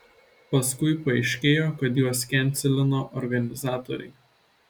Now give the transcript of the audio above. paskui paaiškėjo kad juos kenselino organizatoriai